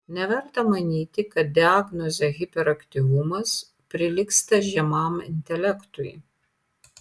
neverta manyti kad diagnozė hiperaktyvumas prilygsta žemam intelektui